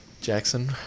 Jackson